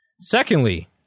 Secondly